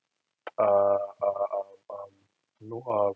err err um um you know um